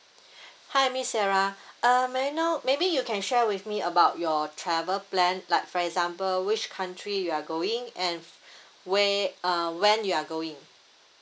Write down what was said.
hi miss sarah uh may I know maybe you can share with me about your travel plan like for example which country you are going and where uh when you are going